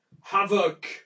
Havoc